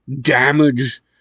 damage